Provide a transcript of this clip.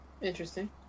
Interesting